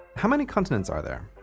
how many continents are there?